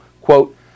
Quote